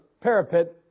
parapet